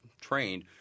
trained